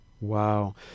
Wow